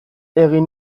egin